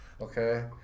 Okay